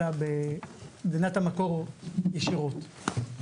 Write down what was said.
אלא במדינת המקור ישירות.